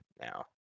now